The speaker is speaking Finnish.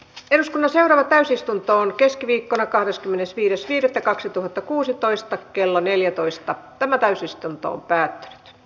eduskunnan täysistuntoon keskiviikkona kahdeskymmenesviides viidettä kaksituhattakuusitoista kello asian käsittely päättyi